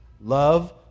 love